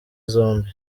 zombi